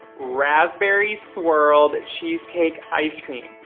raspberry swirled cheesecake ice cream.